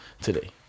Today